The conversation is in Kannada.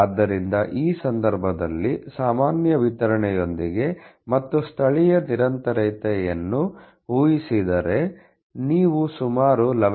ಆದ್ದರಿಂದ ಈ ಸಂದರ್ಭದಲ್ಲಿ ಸಾಮಾನ್ಯ ವಿತರಣೆಯೊಂದಿಗೆ ಮತ್ತು ಸ್ಥಳೀಯ ನಿರಂತರತೆಯನ್ನು ಊಹಿಸಿದರೆ ನೀವು ಸುಮಾರು 11